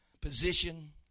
position